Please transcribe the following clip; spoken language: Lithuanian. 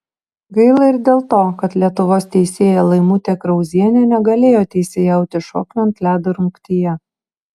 gaila ir dėl to kad lietuvos teisėja laimutė krauzienė negalėjo teisėjauti šokių ant ledo rungtyje